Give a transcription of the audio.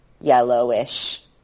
yellowish